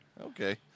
Okay